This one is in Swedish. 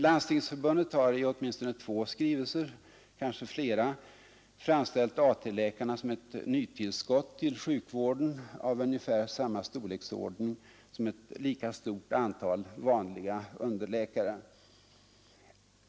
Landstingsförbundet har i åtminstone två skrivelser — kanske flera — framställt AT-läkarna som ett nytillskott till sjukvården av ungefär samma storleksordning som ett lika stort antal vanliga underläkare.